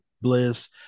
Bliss